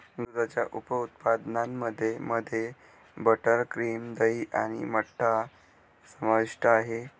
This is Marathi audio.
दुधाच्या उप उत्पादनांमध्ये मध्ये बटर, क्रीम, दही आणि मठ्ठा समाविष्ट आहे